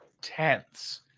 tenths